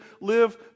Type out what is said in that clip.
live